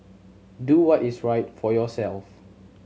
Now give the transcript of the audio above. do what is right for yourself